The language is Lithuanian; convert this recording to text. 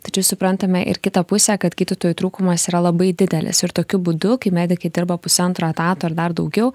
tačiau suprantame ir kitą pusę kad gydytojų trūkumas yra labai didelis ir tokiu būdu kai medikai dirba pusantro etato ir dar daugiau